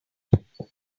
sometimes